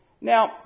Now